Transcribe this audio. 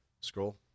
scroll